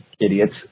idiots